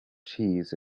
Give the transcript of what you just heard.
cheese